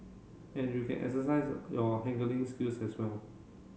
and you can exercise your haggling skills as well